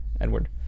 Edward